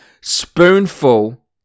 spoonful